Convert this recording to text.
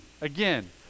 again